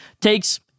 takes